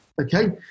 Okay